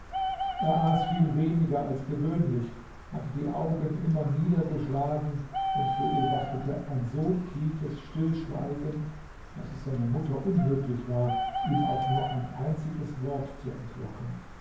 er aß viel weniger als gewöhnlich hatte die augen immer niedergeschlagen und beobachtete ein so tiefes stillschweigen daß es seiner mutter unmöglich war ihm auch nur ein einziges wort zu entlocken